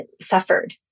suffered